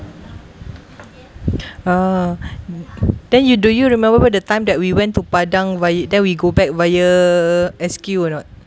ah then you do you remember the time that we went to padang via then we go back via S_Q or not